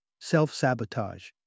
self-sabotage